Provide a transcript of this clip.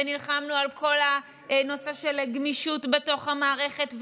ונלחמנו על כל הנושא של גמישות בתוך המערכת,